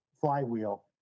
flywheel